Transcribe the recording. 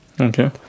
okay